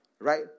Right